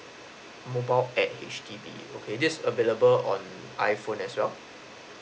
mobile app H_D_B okay this available on iphone as well